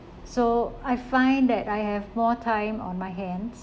so I find that I have more time on my hands